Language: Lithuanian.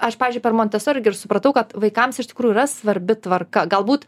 aš pavyzdžiui per montesori supratau kad vaikams iš tikrųjų yra svarbi tvarka galbūt